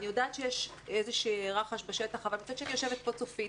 אני יודעת שיש איזשהו רחש בשטח אבל מצד שני יושבת כאן צופית